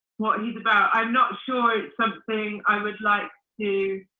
what he's about, i'm not sure it's something i would like to